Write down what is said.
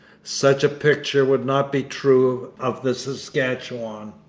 such a picture would not be true of the saskatchewan.